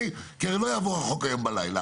כי הרי החוק לא יעבור היום בלילה,